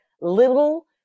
little